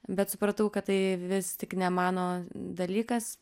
bet supratau kad tai vis tik nemano dalykas